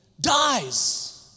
dies